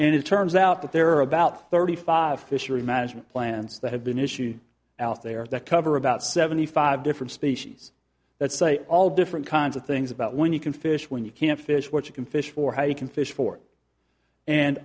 and it turns out that there are about thirty five fishery management plans that have been issued out there that cover about seventy five different species that say all different kinds of things about when you can fish when you can't fish what you can fish for how you can fish for it and